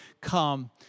come